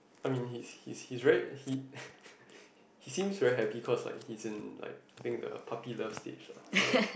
I mean he's he's he's very he he seems very happy cause like he's in like I think the puppy love stage lah so